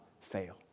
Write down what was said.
fail